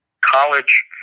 college